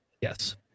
Yes